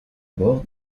bord